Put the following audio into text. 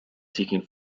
seeking